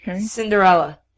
Cinderella